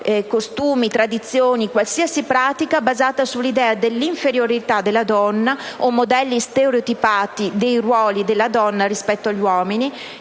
costumi, tradizioni e qualsiasi altra pratica basata sull'idea dell'inferiorità della donna o su modelli stereotipati dei ruoli delle donne e degli uomini»,